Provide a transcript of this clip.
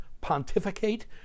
pontificate